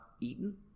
eaten